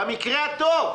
במקרה הטוב.